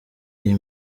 iyi